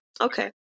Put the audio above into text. Okay